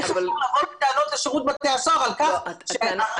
איך אתם יכולים לבוא בטענות לשירות בתי הסוהר על כך ש --- לא,